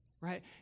right